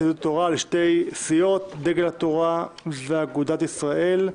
יהדות התורה לשתי סיעות: דגל התורה ואגודת ישראל.